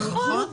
נכון.